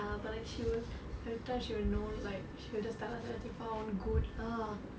ya but like she will every time she will know like she will just tell oh உனக்கு:unakku want to go err